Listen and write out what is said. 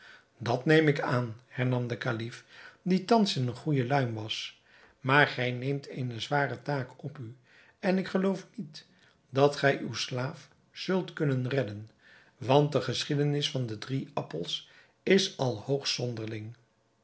dat neem ik aan hernam de kalif die thans in eene goede luim was maar gij neemt eene zware taak op u en ik geloof niet dat gij uw slaaf zult kunnen redden want de geschiedenis van de drie appels is al hoogst zonderling